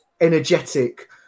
energetic